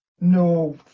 No